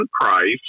Price